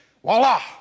voila